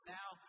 now